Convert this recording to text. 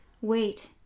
wait